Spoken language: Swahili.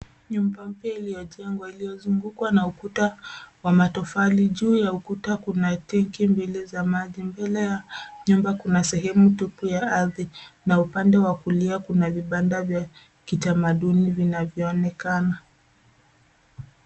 Nyumba mpya iliyojenngwa, iliyozungukwa na ukuta wa matofali. Juu ya ukuta kuna tengi mbili za maji. Mbele ya nyumba kuna sehemu tupu ya ardhi, na upande wa kulia kuna vibanda vya kitamaduni vinavyoonekana.